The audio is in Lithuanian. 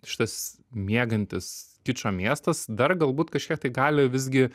šitas miegantis kičo miestas dar galbūt kažkiek tai gali visgi